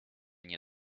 nie